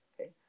okay